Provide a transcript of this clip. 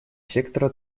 сектора